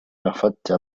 رفضت